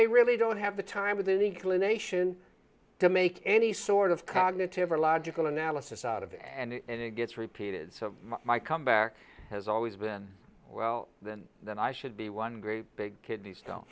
they really don't have the time with an inclination to make any sort of cognitive or logical analysis out of it and it gets repeated so my comeback has always been well then that i should be one great big kidney stone